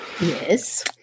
Yes